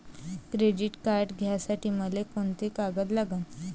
Credit card घ्यासाठी मले कोंते कागद लागन?